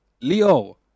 Leo